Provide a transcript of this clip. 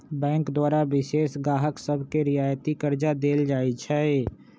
bank द्वारा विशेष गाहक सभके रियायती करजा देल जाइ छइ